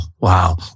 wow